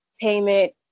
payment